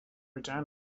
returning